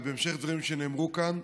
ובהמשך לדברים שנאמרו כאן,